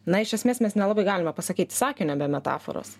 na iš esmės mes nelabai galime pasakyti sakinio be metaforos